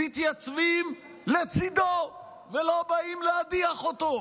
מתייצבים לצידו ולא באים להדיח אותו.